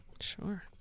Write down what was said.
Sure